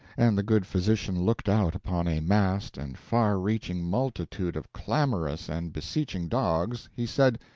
and the good physician looked out upon a massed and far-reaching multitude of clamorous and beseeching dogs, he said,